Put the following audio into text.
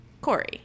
Corey